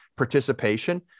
participation